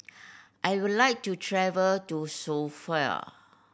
I would like to travel to Sofia